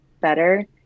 better